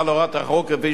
כפי שצוין לעיל.